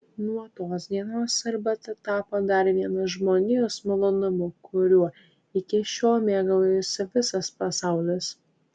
nuo tos dienos arbata tapo dar vienu žmonijos malonumu kuriuo iki šiol mėgaujasi visas pasaulis